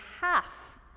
half